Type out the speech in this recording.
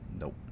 Nope